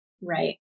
Right